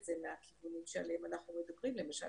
זה מהכיוונים שעליהם אנחנו מדברים למשל,